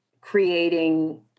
creating